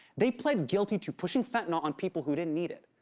they plead guilty to pushing fentanyl on people who didn't need it.